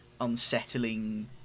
unsettling